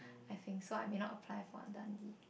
I think so I may not apply for Dundee